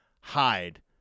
hide